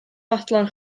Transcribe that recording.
fodlon